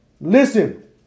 Listen